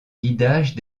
guidage